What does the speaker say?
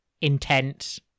intense